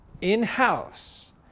in-house